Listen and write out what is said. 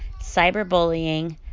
cyberbullying